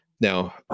now